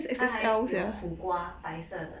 她还有苦瓜白色的